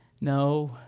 No